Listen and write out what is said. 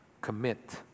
commit